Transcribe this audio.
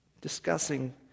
discussing